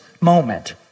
moment